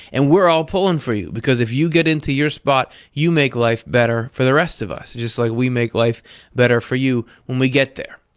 and we're all pulling for you, because if you get into your spot, you make life better for the rest of us, just like we make life better for you when we get there.